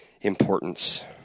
importance